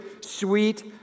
sweet